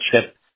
chip